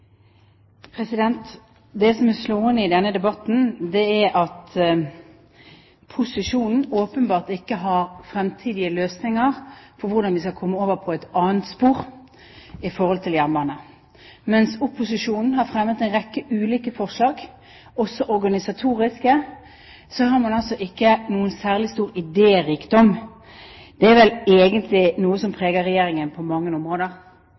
slående i denne debatten, er at posisjonen åpenbart ikke har fremtidige løsninger på hvordan vi skal komme over på et annet spor når det gjelder jernbane. Mens opposisjonen har fremmet en rekke ulike forslag, også organisatoriske, har man altså ikke noen særlig stor idérikdom. Det er vel egentlig noe som preger Regjeringen på mange områder.